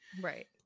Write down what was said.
Right